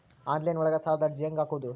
Online ಒಳಗ ಸಾಲದ ಅರ್ಜಿ ಹೆಂಗ್ ಹಾಕುವುದು?